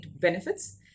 benefits